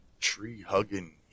tree-hugging